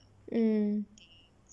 en